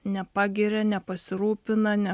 nepagiria nepasirūpina ne